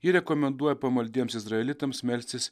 ji rekomenduoja pamaldiems izraelitams melstis